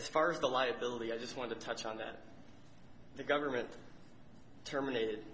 as far as the liability i just want to touch on that the government terminated